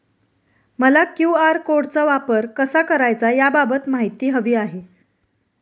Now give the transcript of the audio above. मला क्यू.आर कोडचा वापर कसा करायचा याबाबत माहिती हवी आहे